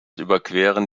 überqueren